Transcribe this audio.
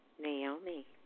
Naomi